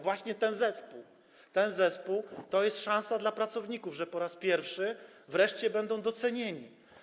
Właśnie ten zespół to jest szansa dla pracowników, że po raz pierwszy wreszcie będą docenieni.